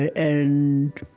and,